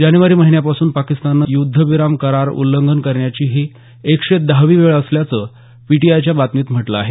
जानेवारी महिन्यापासून पाकिस्ताननं युद्धविराम करार उछ्छंघन करण्याची ही एकशे दहावी वेळ असल्याचं पीटीआयच्या बातमीत म्हटलं आहे